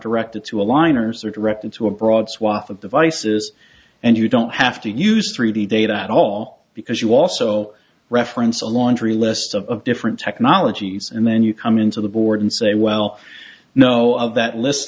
directed to a liners are directed to a broad swath of devices and you don't have to use three d data at all because you also reference a laundry list of different technologies and then you come into the board and say well no of that list